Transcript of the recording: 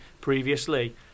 previously